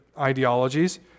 ideologies